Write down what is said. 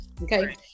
okay